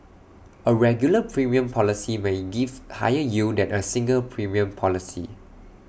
A regular premium policy may give higher yield than A single premium policy